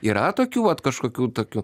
yra tokių vat kažkokių tokių